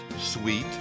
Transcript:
sweet